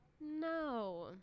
no